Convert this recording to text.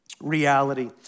reality